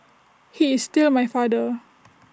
he is still my father